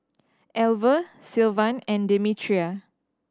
Alver Sylvan and Demetria